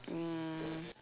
um